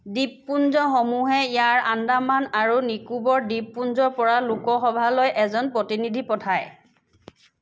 দ্বীপপুঞ্জসমূহে ইয়াৰ আন্দামান আৰু নিকোবৰ দ্বীপপুঞ্জৰ পৰা লোকসভালৈ এজন প্ৰতিনিধি পঠায়